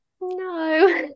no